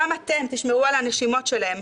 גם אתם תשמרו על הנשימות שלהם,